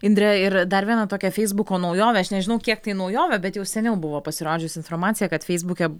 indre ir dar viena tokia feisbuko naujovė aš nežinau kiek tai naujovė bet jau seniau buvo pasirodžiusi informacija kad feisbuke